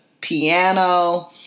piano